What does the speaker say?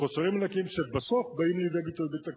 חוסרים ענקיים שבסוף באים לידי ביטוי בתקציב.